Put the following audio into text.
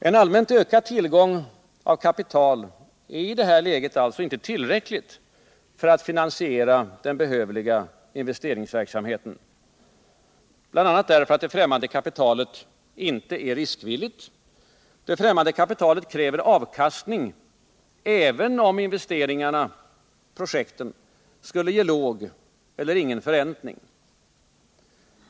En allmänt ökad tillgång på kapital är i det här läget alltså inte tillräcklig för att finansiera den behövliga investeringsverksamheten, bl.a. därför att det främmande kapitalet inte är riskvilligt. Det främmande kapitalet kräver avkastning, även om investeringsprojekten skulle ge låg eller ingen förräntning.